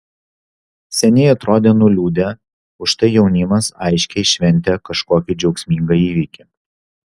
seniai atrodė nuliūdę užtai jaunimas aiškiai šventė kažkokį džiaugsmingą įvykį